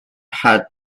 had